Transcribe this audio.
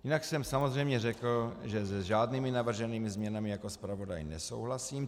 Jinak jsem samozřejmě řekl, že s žádnými navrženými změnami jako zpravodaj nesouhlasím.